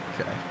Okay